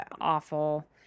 awful